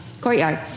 courtyard